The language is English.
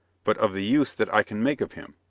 but of the use that i can make of him.